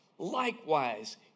Likewise